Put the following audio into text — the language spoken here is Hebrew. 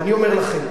ואני אומר לכם,